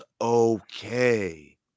okay